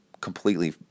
completely